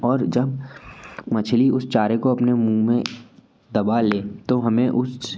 और जब मछली उस चारे को अपने मुँह में दबा ले तो हमें उस